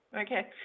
Okay